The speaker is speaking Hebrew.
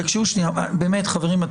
חברים,